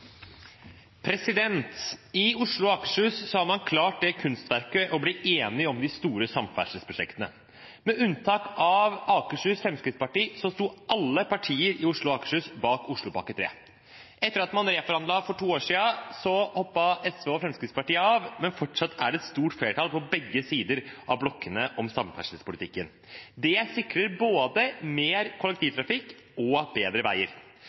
minutter. I Oslo og Akershus har man klart det kunststykket å bli enig om de store samferdselsprosjektene. Med unntak av Akershus Fremskrittsparti sto alle partier i Oslo og Akershus bak Oslopakke 3. Etter at man reforhandlet for to år siden, hoppet SV og Fremskrittspartiet av, men fortsatt er det et stort flertall for samferdselspolitikken på begge sider av blokkene. Det sikrer både mer kollektivtrafikk og bedre veier.